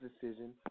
decision